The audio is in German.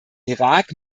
irak